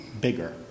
bigger